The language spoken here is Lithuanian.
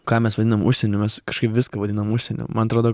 ką mes vadinam užsieniu mes kažkaip viską vadinam užsieniu man atrodo